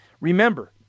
Remember